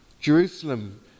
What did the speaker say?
Jerusalem